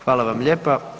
Hvala vam lijepa.